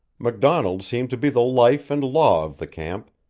macdonald seemed to be the life and law of the camp,